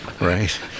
right